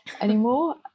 anymore